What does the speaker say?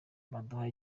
baduha